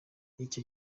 icyo